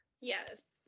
Yes